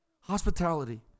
Hospitality